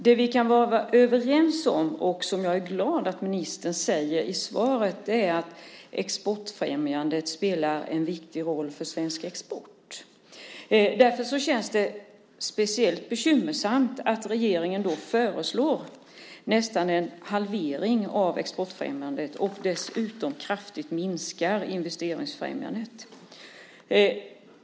Det vi kan vara överens om, och som jag är glad att ministern säger i svaret, är att exportfrämjandet spelar en viktig roll för svensk export. Därför känns det speciellt bekymmersamt att regeringen föreslår nästan en halvering av exportfrämjandet och dessutom kraftigt minskar investeringsfrämjandet.